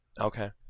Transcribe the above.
Okay